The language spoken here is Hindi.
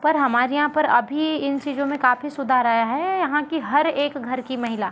पर हमारे यहाँ पर अभी इन चीज़ों में काफ़ी सुधार आया है यहाँ के हर एक घर की महिला